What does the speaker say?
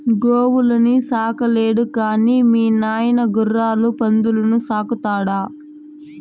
గోవుల్ని సాకలేడు గాని మీ నాయన గుర్రాలు పందుల్ని సాకుతాడా